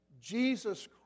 Jesus